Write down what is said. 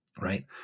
right